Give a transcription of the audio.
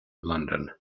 london